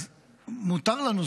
אז מותר לנו,